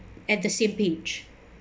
at the same page